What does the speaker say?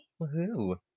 Woohoo